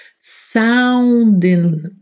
sounding